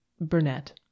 Burnett